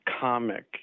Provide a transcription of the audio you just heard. comic